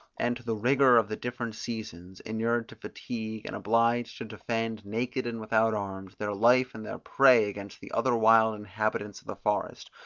and to the rigour of the different seasons inured to fatigue, and obliged to defend, naked and without arms, their life and their prey against the other wild inhabitants of the forest,